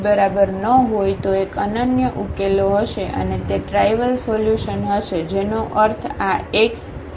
જો ઙીટરમીનન્ટ 0 ની બરાબર ન હોય તો એક અનન્ય ઉકેલો હશે અને તે ટ્રાઇવલ સોલ્યુશન હશે જેનો અર્થ આ x 0 હશે